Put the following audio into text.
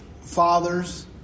fathers